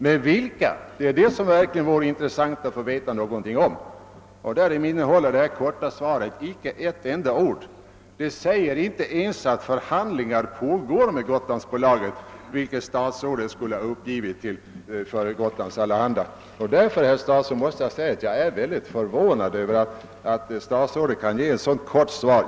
Men vilka de är vore intressant att få veta någonting om. Därom innehåller det korta svaret inte ett ord — det säger inte ens att förhandlingar pågår med Gotlandsbolaget, vilket statsrådet skulle ha uppgivit för Gotlands Allehanda. Jag är därför, herr statsråd, mycket förvånad över att statsrådet har lämnat ett så kort svar.